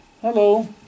Hello